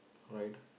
right